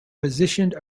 positioned